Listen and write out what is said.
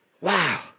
Wow